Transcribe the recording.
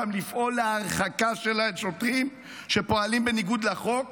גם לפעול להרחקה של השוטרים שפועלים בניגוד לחוק